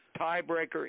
tiebreaker